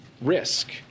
risk